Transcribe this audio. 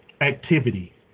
activity